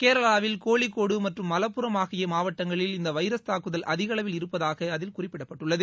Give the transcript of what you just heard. கேரளாவில் கோழிக்கோடு மற்றும் மலப்புரம் ஆகிய மாவட்டங்களில் இந்த வைரஸ் தாக்குதல் அதிகளவில் இருப்பதாக அதில் குறிப்பிடப்பட்டுள்ளது